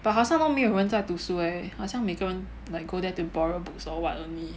but 好像都没有人在读书 leh 好像每个人 like go there to borrow books or what only